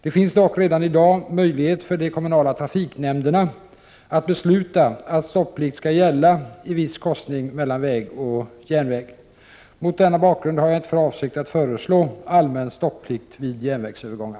Det finns dock redan i dag möjlighet för de kommunala trafiknämnderna att besluta att stopplikt skall gälla i viss korsning mellan järnväg och väg. Mot denna bakgrund har jag inte för avsikt att föreslå allmän stopplikt vid järnvägsövergångar.